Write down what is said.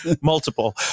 multiple